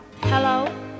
Hello